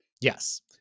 Yes